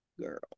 girl